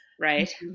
Right